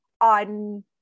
on